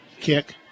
kick